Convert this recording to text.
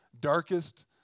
darkest